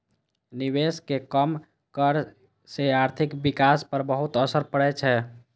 निवेशक कम दर सं आर्थिक विकास पर बहुत असर पड़ै छै